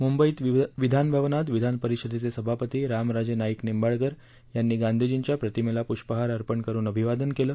मुंबईत विधान भवनात विधान परिषदेचे सभापती रामराजे नाईक निंबाळकर यांनी गांधीजींच्या प्रतिमेला पुष्पहार अर्पण करुन अभिवादन केलं